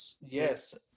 Yes